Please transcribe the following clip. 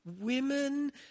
women